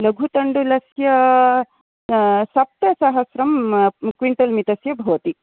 लघु तण्डुलस्य सप्तसहस्रं क्विण्टल् मितस्य भवति